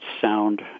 sound